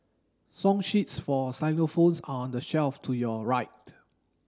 song sheets for xylophones are on the shelf to your right